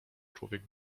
człowiek